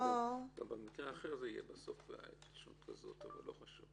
במקרה אחר זה יהיה בסוף, אבל לא חשוב.